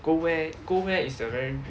go where go where is the very